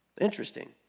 Interesting